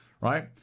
right